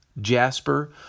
jasper